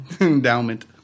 Endowment